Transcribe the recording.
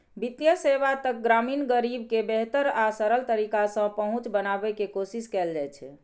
वित्तीय सेवा तक ग्रामीण गरीब के बेहतर आ सरल तरीका सं पहुंच बनाबै के कोशिश कैल जाइ छै